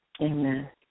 amen